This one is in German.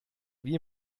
wie